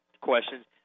questions